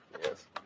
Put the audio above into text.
Yes